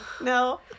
No